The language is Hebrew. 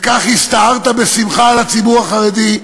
וכך הסתערת בשמחה על הציבור החרדי.